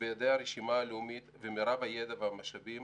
שבידה הרשימה הלאומית ומירב הידע והמשאבים,